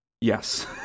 Yes